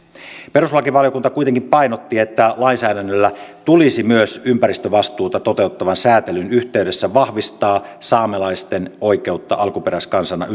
perustuslakivaliokunta kuitenkin painotti että lainsäädännöllä tulisi myös ympäristövastuuta toteuttavan säätelyn yhteydessä vahvistaa saamelaisten oikeutta alkuperäiskansana